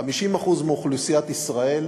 50% מאוכלוסיית ישראל